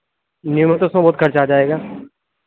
new میں تو اُس میں بہت خرچہ آ جائے گا